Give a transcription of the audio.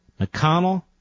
McConnell